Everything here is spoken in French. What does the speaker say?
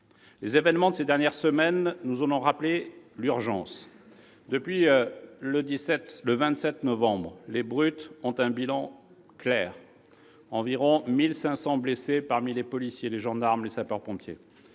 Les événements des dernières semaines nous en ont rappelé l'urgence. Depuis le 27 novembre 2018, les brutes ont un bilan clair : environ 1 500 blessés parmi les policiers, les gendarmes et les sapeurs-pompiers.